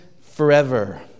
forever